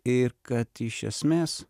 ir kad iš esmės